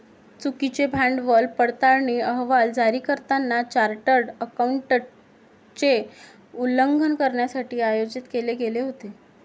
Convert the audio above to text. चुकीचे भांडवल पडताळणी अहवाल जारी करताना चार्टर्ड अकाउंटंटचे उल्लंघन करण्यासाठी आयोजित केले गेले होते